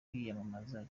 kwiyamamaza